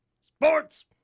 Sports